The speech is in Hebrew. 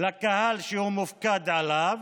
לקהל שהוא מופקד עליו,